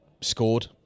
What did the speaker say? scored